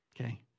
okay